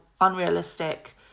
unrealistic